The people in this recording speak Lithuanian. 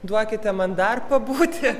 duokite man dar pabūti